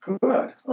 good